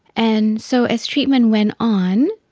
and so as treatment went on,